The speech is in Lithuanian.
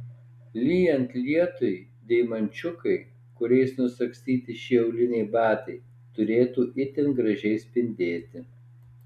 lyjant lietui deimančiukai kuriais nusagstyti šie auliniai batai turėtų itin gražiai spindėti